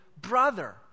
brother